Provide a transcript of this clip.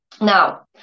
Now